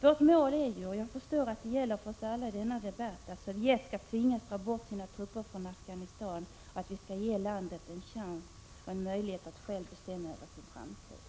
Vårt mål är ju — jag förstår att det gäller för oss alla i denna debatt — att Sovjet skall tvingas dra bort sina trupper från Afghanistan och att landet skall få chans att bestämma självt över sin framtid.